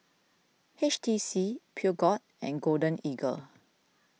H T C Peugeot and Golden Eagle